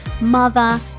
mother